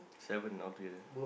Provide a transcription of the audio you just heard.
seven altogether